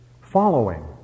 Following